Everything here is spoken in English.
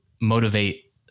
motivate